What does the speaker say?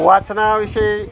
वाचनाविषयी